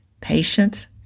patience